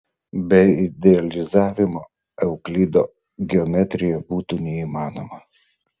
be idealizavimo euklido geometrija būtų neįmanoma